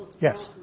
Yes